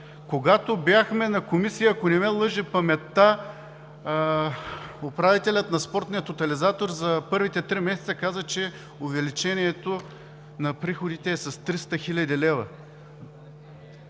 Когато бяхме на Комисия, ако не ме лъже паметта, управителят на Спортния тотализатор за първите три месеца каза, че увеличението на приходите е с 300 хил. лв.